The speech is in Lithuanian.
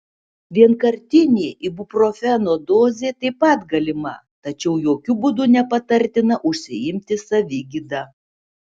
vienkartinė ibuprofeno dozė taip pat galima tačiau jokiu būdu nepatartina užsiimti savigyda